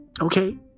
okay